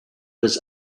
his